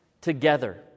together